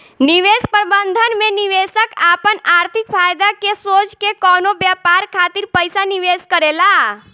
निवेश प्रबंधन में निवेशक आपन आर्थिक फायदा के सोच के कवनो व्यापार खातिर पइसा निवेश करेला